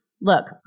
Look